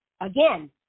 Again